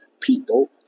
people